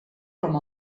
com